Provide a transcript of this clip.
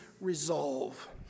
resolve